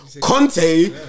Conte